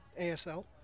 ASL